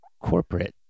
corporate